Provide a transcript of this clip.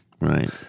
Right